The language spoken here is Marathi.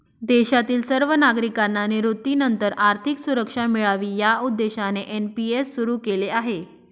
देशातील सर्व नागरिकांना निवृत्तीनंतर आर्थिक सुरक्षा मिळावी या उद्देशाने एन.पी.एस सुरु केले गेले